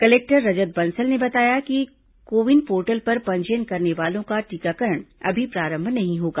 collector Rajat Bansal ने बताया कि को विन पोर्टल पर पंजीयन करने वालों का टीकाकरण अभी प्रारंभ नहीं होगा